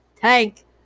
Tank